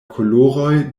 koloroj